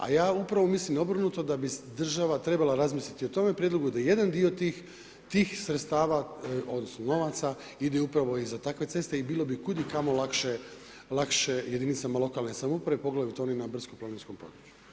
A ja upravo mislim obrnuto, da bi država trebala razmisliti o tome prijedlogu da jedan dio tih sredstava, odnosno, novaca, ide upravo za takve ceste i bilo bi kud i kamo lakše jedinicama lokalne samouprave, poglavito onima na brdsko planinskom području.